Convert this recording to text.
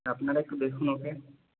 আপনারা একটু দেখুন ওকে